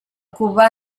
cubà